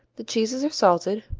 the cheeses are salted,